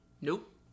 Nope